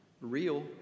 Real